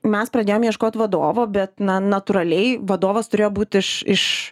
mes pradėjom ieškot vadovo bet na natūraliai vadovas turėjo būt iš iš